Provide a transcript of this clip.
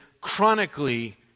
chronically